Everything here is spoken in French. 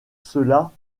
cela